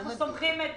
אנחנו סומכים את